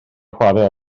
chwarae